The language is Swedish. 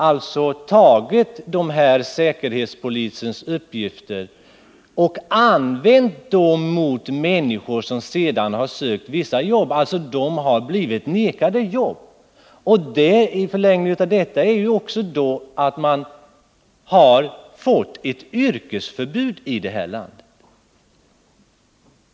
Dessutom har säkerhetspolisens uppgifter använts mot människor som har sökt vissa jobb, och de har alltså blivit nekade arbete. I förlängningen av detta ligger att vi har fått ett yrkesförbud i detta land.